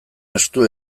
estu